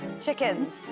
chickens